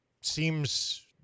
seems